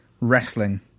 wrestling